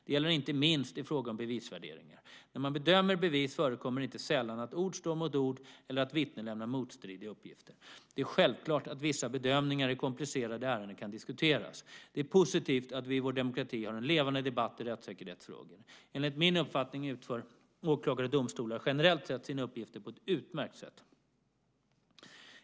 Det gäller inte minst i fråga om bevisvärdering. När man bedömer bevis förekommer det inte sällan att ord står mot ord eller att vittnen lämnar motstridiga uppgifter. Det är självklart att vissa bedömningar i komplicerade ärenden kan diskuteras. Det är positivt att vi i vår demokrati har en levande debatt i rättssäkerhetsfrågor. Enligt min uppfattning utför åklagare och domstolar generellt sett sina uppgifter på ett utmärkt sätt.